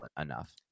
enough